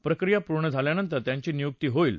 प्रक्रिया पूर्ण झाल्यानंतर त्यांची नियुक्ती होईल